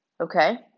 Okay